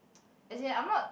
as in I'm not